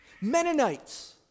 Mennonites